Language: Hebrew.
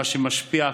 מה שמשפיע,